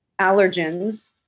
allergens